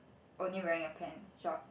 only wearing a pants short